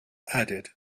added